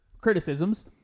criticisms